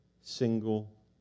single